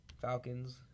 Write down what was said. Falcons